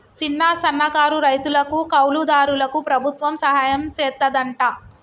సిన్న, సన్నకారు రైతులకు, కౌలు దారులకు ప్రభుత్వం సహాయం సెత్తాదంట